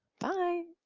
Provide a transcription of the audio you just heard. bye!